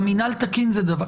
גם מינהל תקין זה דבר טוב.